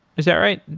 is that right?